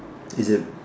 is it